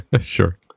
Sure